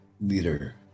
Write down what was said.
leader